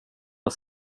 när